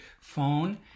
phone